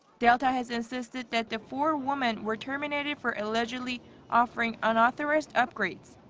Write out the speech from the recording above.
delta has insisted that the four women were terminated for allegedly offering unauthorized upgrades.